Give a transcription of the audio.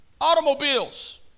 Automobiles